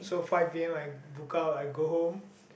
so five p_m I book out I go home